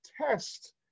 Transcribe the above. test